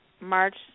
March